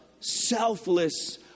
selfless